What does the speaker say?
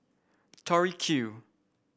Tori Q